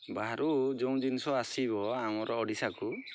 ବାହାରୁ ଯେଉଁ ଜିନିଷ ଆସିବ ଆମର ଓଡ଼ିଶାକୁ